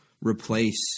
replace